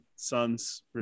Sons